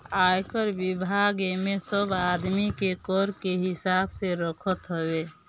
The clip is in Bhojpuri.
आयकर विभाग एमे सब आदमी के कर के हिसाब रखत हवे